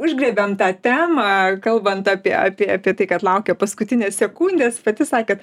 užgriebėm tą temą kalbant apie apie apie tai kad laukia paskutinės sekundės pati sakėt